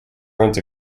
runs